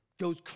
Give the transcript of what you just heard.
goes